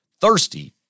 Thirsty